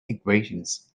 equations